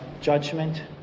judgment